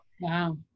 Wow